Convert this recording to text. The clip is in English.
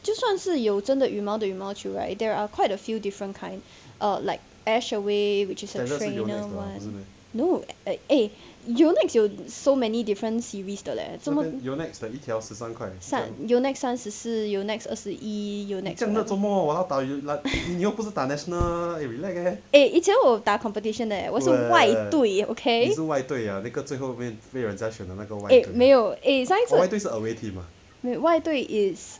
就算是有真的羽毛的羽毛球 right there are quite a few different kind err like ashaway which is the trainer one no eh yonex 有 so many different series 的 leh 这么三 yonex 三十四 yonex 二十一 yonex or eh 以前我打 competition 的 leh 我是外对 ok eh 没有 eh 上一次外对 is